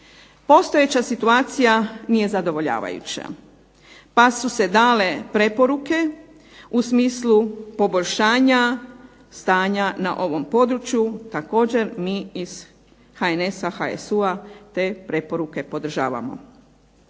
Postojeća situacija nije zadovoljavajuća, pa su se dale preporuke u smislu poboljšanja stanja na ovom području, također mi iz HNS-a HSU-a te preporuke podržavamo.